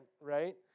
right